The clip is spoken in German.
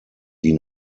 die